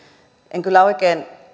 en kyllä oikein